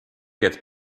gets